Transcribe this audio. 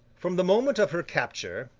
from the moment of her capture,